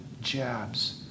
jabs